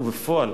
ובפועל,